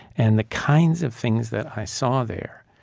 and the kinds of things that i saw there,